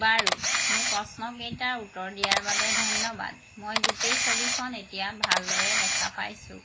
বাৰু মোৰ প্ৰশ্ন কেইটাৰ উত্তৰ দিয়াৰ বাবে ধন্যবাদ মই গোটেই ছবিখন এতিয়া ভালদৰে দেখা পাইছো